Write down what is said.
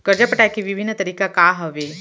करजा पटाए के विभिन्न तरीका का हवे?